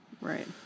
Right